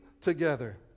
together